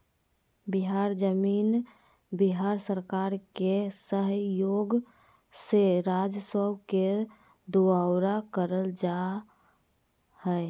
बिहार जमीन बिहार सरकार के सहइोग से राजस्व के दुऔरा करल जा हइ